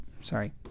Sorry